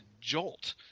jolt